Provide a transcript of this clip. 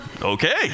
Okay